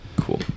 Cool